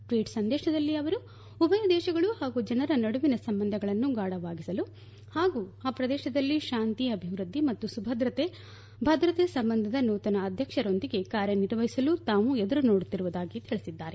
tweet ಸಂದೇಶದಲ್ಲಿ ಅವರು ಉಭಯ ದೇಶಗಳು ಹಾಗೂ ಜನರ ನಡುವಿನ ಸಂಬಂಧಗಳನ್ನು ಗಾಢವಾಗಿಸಲು ಹಾಗೂ ಆ ಪ್ರದೇಶದಲ್ಲಿ ಶಾಂತಿ ಅಭಿವೃದ್ದಿ ಮತ್ತು ಭದ್ರತೆ ಸಂಬಂಧ ನೂತನ ಅಧ್ಯಕ್ಷರೊಂದಿಗೆ ಕಾರ್ಯ ನಿರ್ವಹಿಸಲು ತಾವು ಎದುರು ನೋಡುತ್ತಿರುವುದಾಗಿ ತಿಳಿಸಿದ್ದಾರೆ